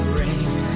rain